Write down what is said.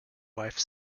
wife